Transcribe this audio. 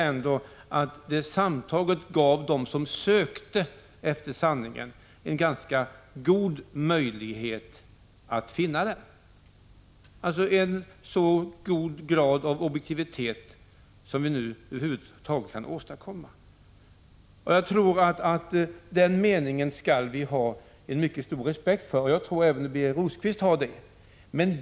1985/86:124 ganska god möjlighet att finna den. Som helhet präglades kampanjen av en så hög grad av objektivitet som vi över huvud taget kan åstadkomma. Folkomröstningens mening skall vi ha mycket stor respekt för — och det tror jag att även Birger Rosqvist har.